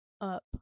up